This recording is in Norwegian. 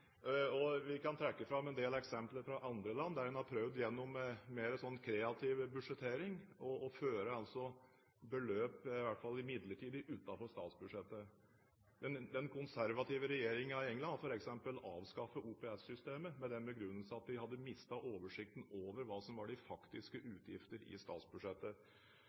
inntekter. Vi kan trekke fram en del eksempler fra andre land, der en gjennom mer kreativ budsjettering har prøvd å føre beløp – i hvert fall midlertidig – utenfor statsbudsjettet. Den konservative regjeringen i Storbritannia har f.eks. avskaffet OPS-systemet med den begrunnelse at de hadde mistet oversikten over hva som var de faktiske utgifter i statsbudsjettet.